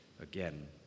again